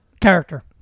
Character